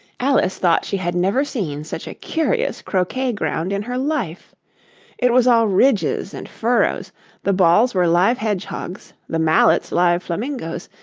alice thought she had never seen such a curious croquet-ground in her life it was all ridges and furrows the balls were live hedgehogs, the mallets live flamingoes,